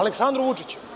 Aleksandru Vučiću.